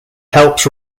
helps